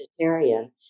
vegetarian